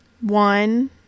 one